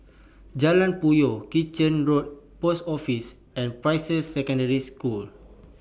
Jalan Puyoh Kitchener Road Post Office and Peirce Secondary School